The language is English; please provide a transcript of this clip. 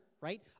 right